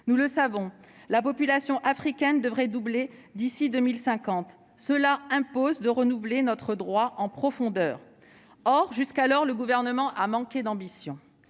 Nous le savons, la population africaine devrait doubler d'ici à 2050. Cela impose de renouveler notre droit en profondeur. Or, jusqu'alors, le Gouvernement a manqué d'ambition